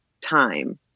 time